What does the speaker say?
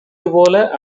போல